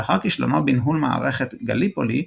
לאחר כישלונו בניהול מערכת גליפולי,